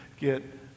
get